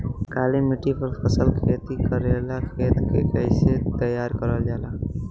काली मिट्टी पर फसल खेती करेला खेत के कइसे तैयार करल जाला?